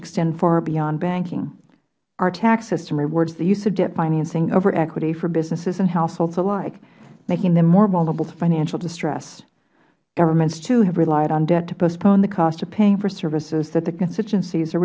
extend far beyond banking our tax system rewards the use of debt financing over equity for businesses and households alike making them more vulnerable to financial distress governments too have relied on debt to postpone the cost of paying for services that the constituencies are